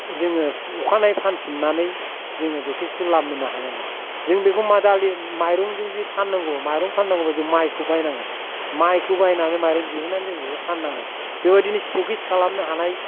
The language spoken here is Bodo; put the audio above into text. जोङो अखानायै फानफिन्नानै जोङो जथेस्त' लाब मोन्नो हानाय नङा जों बेखौ मा दालि माइरंजोंजे फान्नांगौ बा माइरं फान्नांगौबा जों माइखौ बायनांगोन माइखौ बायनानै माइरं दिहुन्नानै जों बेखौ फान्नांगोन बेफोरबायदिनो स्थकिस्त खालामनो हानाय